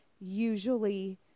usually